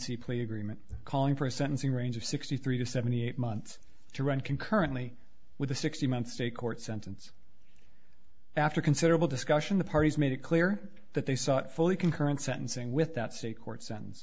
plea agreement calling for a sentencing range of sixty three to seventy eight months to run concurrently with a sixty month stay court sentence after considerable discussion the parties made it clear that they sought fully concurrent sentencing with that state court sentence